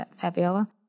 Fabiola